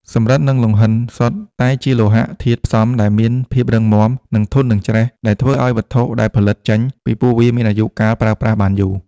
សំរឹទ្ធ និងលង្ហិនសុទ្ធតែជាលោហៈធាតុផ្សំដែលមានភាពរឹងមាំ និងធន់នឹងច្រេះ ដែលធ្វើឲ្យវត្ថុដែលផលិតចេញពីពួកវាមានអាយុកាលប្រើប្រាស់បានយូរ។